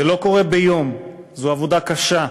זה לא קורה ביום, זו עבודה קשה,